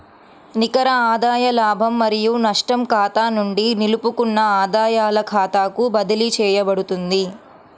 నికర ఆదాయ లాభం మరియు నష్టం ఖాతా నుండి నిలుపుకున్న ఆదాయాల ఖాతాకు బదిలీ చేయబడుతుంది